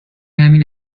همین